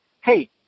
hey